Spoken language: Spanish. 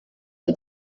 del